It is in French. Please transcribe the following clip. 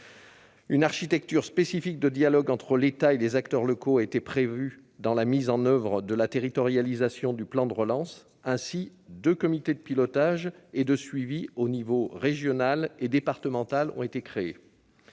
Une architecture spécifique de dialogue entre l'État et les acteurs locaux a été prévue dans la mise en oeuvre de la territorialisation du plan de relance. Ainsi, deux comités de pilotage et de suivi aux échelons régional et départemental ont été créés.